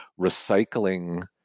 recycling